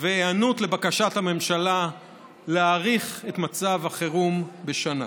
והיענות לבקשת הממשלה להאריך את מצב החירום בשנה.